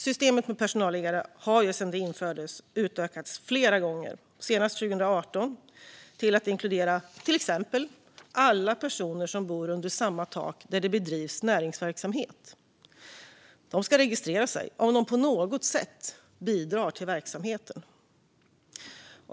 Systemet med personalliggare har dock sedan det infördes utökats flera gånger, senast 2018 till att inkludera exempelvis alla personer som bor under samma tak där det bedrivs näringsverksamhet. Dessa ska registrera sig om de på något sätt bidrar till verksamheten.